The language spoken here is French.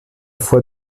foi